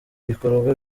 ibikorwa